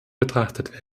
betrachtet